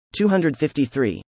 253